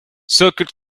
circuit